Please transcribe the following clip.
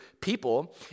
people